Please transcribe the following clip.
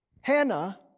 Hannah